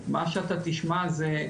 מה שאתה תשמע זה,